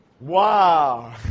Wow